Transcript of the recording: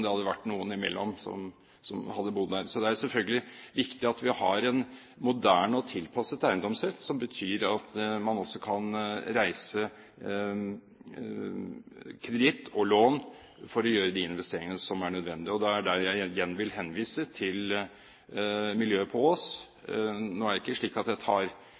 det hadde vært noen som hadde bodd der imellom. Det er selvfølgelig viktig at vi har en moderne og tilpasset eiendomsrett, som betyr at man også kan reise kreditt og ta opp lån for å gjøre de investeringene som er nødvendige. Da vil jeg igjen henvise til miljøet på Ås. Nå er det ikke slik at jeg tar